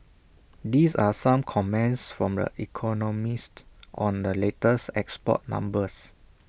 these are some comments from economists on the latest export numbers